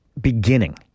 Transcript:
beginning